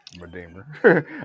Redeemer